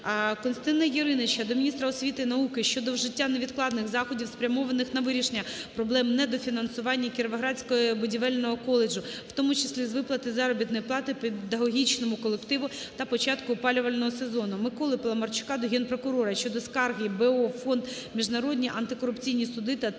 Костянтина Яриніча до міністра освіти і науки щодо вжиття невідкладних заходів, спрямованих на вирішення проблеми недофінансування Кіровоградського будівельного коледжу, в тому числі з виплати заробітної плати педагогічному колективу та початку опалювального сезону. Миколи Паламарчука до Генпрокурора щодо скарги БО "Фонд "Міжнародні антикорупційні суди" на ТОВ